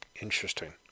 Interesting